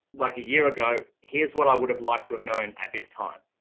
like a year ago, here's what i would have liked to have known at this time.